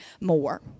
more